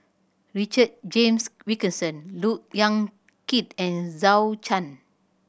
Richard James Wilkinson Look Yan Kit and